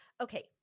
Okay